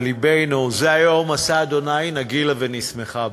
ללבנו: "זה היום עשה ה' נגילה ונשמחה בו".